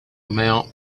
amount